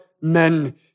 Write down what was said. men